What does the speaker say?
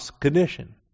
condition